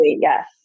Yes